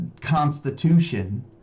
constitution